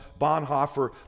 Bonhoeffer